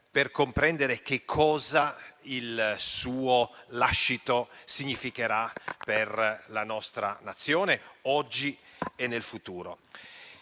per comprendere che cosa il suo lascito significherà per la nostra Nazione, oggi e nel futuro.